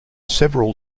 several